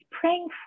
praying